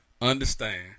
understand